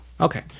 Okay